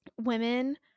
women